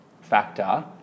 factor